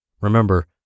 Remember